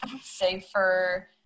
safer